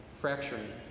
fracturing